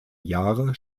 jahre